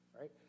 right